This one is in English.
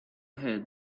had